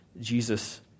Jesus